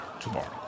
tomorrow